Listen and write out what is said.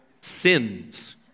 sins